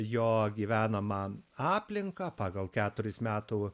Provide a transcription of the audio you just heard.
jo gyvenamą aplinką pagal keturis metų